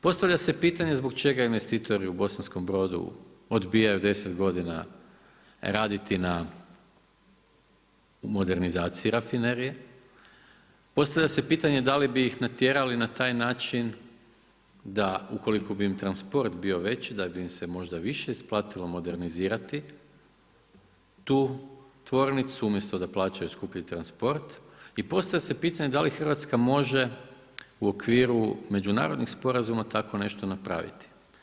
Postavlja se pitanje zbog čega investitori u Bosanskom Brodu odbijaju deset godina raditi na modernizaciji rafinerije, postavlja se pitanje da li bi ih natjerali na taj način da ukoliko bi im transport bio veći da bi im se više isplatilo modernizirati tu tvornicu, umjesto da plaćaju skuplji transport i postavlja se pitanje da li Hrvatska može u okviru međunarodnih sporazuma tako nešto napraviti?